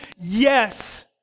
yes